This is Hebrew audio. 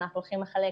אנחנו הולכים לחלק